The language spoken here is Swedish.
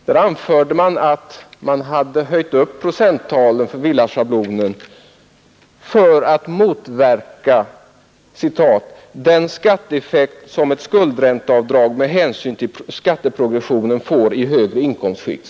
Där framhölls att man hade höjt procenttalet för villaschablonavdraget för att motverka ”den skatteeffekt som ett skuldränteavdrag med hänsyn till skatteprogressionen får i högre inkomstskikt”.